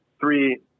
three